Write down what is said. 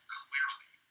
clearly